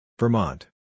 Vermont